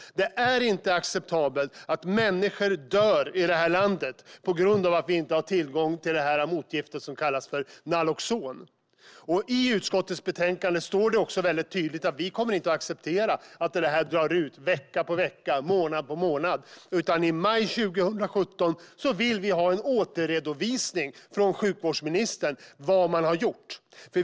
Det är inte acceptabelt att människor dör i detta land på grund av att vi inte har tillgång till detta motgift som kallas Naloxon. I utskottets betänkande står det också mycket tydligt att vi inte kommer att acceptera att detta drar ut vecka efter vecka, månad efter månad, utan i maj 2017 vill vi ha en återredovisning från sjukvårdsministern om vad man har gjort.